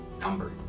number